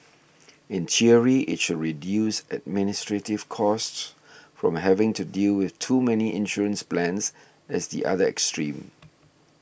in theory it should reduce administrative costs from having to deal with too many insurance plans as the other extreme